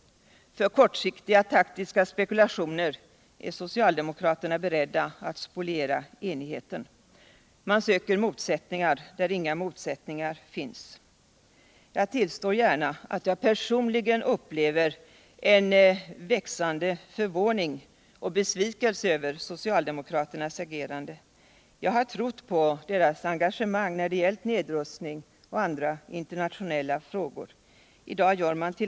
För kortsiktiga taktiska spekulationer är socialdemokraterna beredda att spoliera enigheten. De söker motsättningar där inga motsättningar finns. Jag tillstår gärna att jag personligen upplever en växande förvåning och besvikelse över socialdemokraternas agerande. Jag har trott på deras engagemang när det gällt nedrustning och andra internationella frågor. I dag gör de 1.